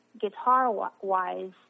guitar-wise